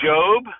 Job